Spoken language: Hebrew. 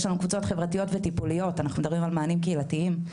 יש קבוצות חברתיות וטיפוליות, כמענים קהילתיים.